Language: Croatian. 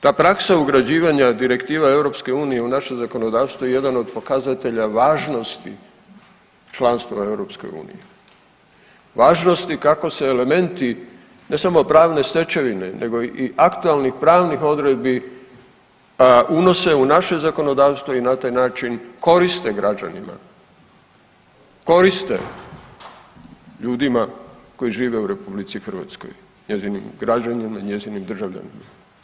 Ta praksa ugrađivanja direktiva EU u naše zakonodavstvo je jedan od pokazatelja važnosti članstva u EU, važnosti kako se elementi ne samo pravne stečevine nego i aktualnih pravnih odredbi unose u naše zakonodavstvo i na taj način koriste građanima, koriste ljudima koji žive u RH, njezinim građanima i njezinim državljanima.